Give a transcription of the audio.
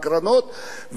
חוץ מזה,